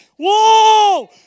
whoa